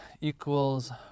equals